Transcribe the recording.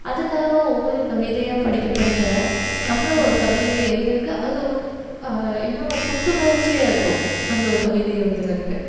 அதுக்காக ஒவ்வொரு கவிதையாக படிக்க படிக்க நம்மளும் ஒரு கவிதை எழுதுகிறக்கு அது இன்னும் புத்துணர்ச்சியாக இருக்கும் அந்த ஒரு கவிதை எழுதுகிறக்கு